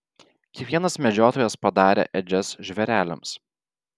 kiekvienas medžiotojas padarė ėdžias žvėreliams